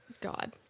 god